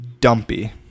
Dumpy